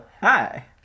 hi